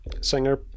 Singer